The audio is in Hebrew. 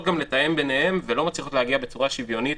לתאם ביניהן ולא מצליחות להגיע בצורה שוויונית